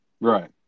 Right